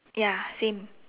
ya same